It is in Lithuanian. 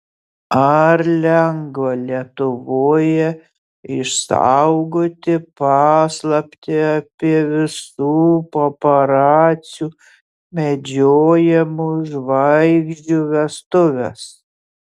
ar lengva lietuvoje išsaugoti paslaptį apie visų paparacių medžiojamų žvaigždžių vestuves